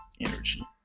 energy